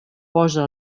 posa